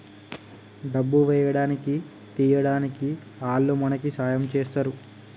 డబ్బు వేయడానికి తీయడానికి ఆల్లు మనకి సాయం చేస్తరు